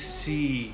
see